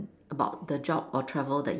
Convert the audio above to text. about the job or travel that you